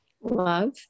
Love